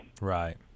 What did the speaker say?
Right